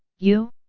you?